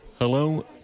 Hello